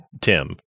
Tim